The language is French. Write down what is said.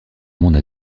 monde